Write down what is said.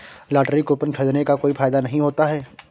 lottery coupon खरीदने का कोई फायदा नहीं होता है